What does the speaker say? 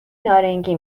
نارنگی